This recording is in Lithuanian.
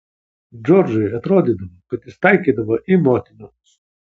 džordžui atrodydavo kad jis taikydavo į motiną